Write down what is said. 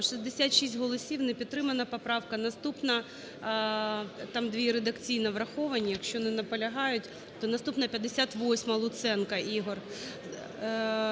66 голосів, не підтримана поправка. Наступна. Там дві редакційно враховані, якщо не наполягають, то наступна 58-а, Луценко Ігор.